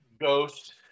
Ghost